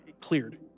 cleared